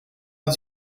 els